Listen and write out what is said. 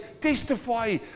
testify